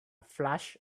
flash